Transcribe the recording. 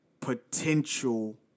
potential